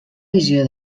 visió